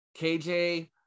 KJ